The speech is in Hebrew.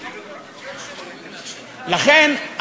לכן,